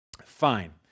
Fine